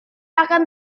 akan